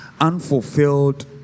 unfulfilled